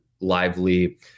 Lively